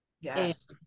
yes